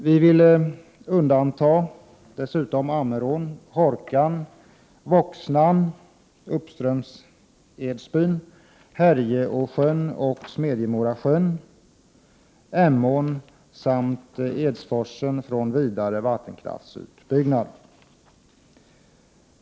Vi vill dessutom undanta Ammerån, Hårkan, Voxnan uppströms Edsbyn, Härjeåsjön, Smedjemorasjön, Emån och Edsforsen från vidare vattenkraftsutbyggnad.